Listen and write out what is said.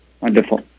Wonderful